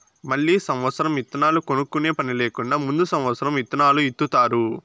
మళ్ళీ సమత్సరం ఇత్తనాలు కొనుక్కునే పని లేకుండా ముందు సమత్సరం ఇత్తనాలు ఇత్తుతారు